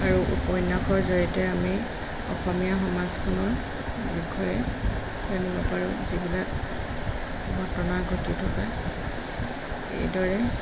আৰু উপন্যাসৰ জৰিয়তে আমি অসমীয়া সমাজখনৰ বিষয়ে হেন নকৰোঁ যিবিলাক ঘটনা ঘটি থকা এইদৰে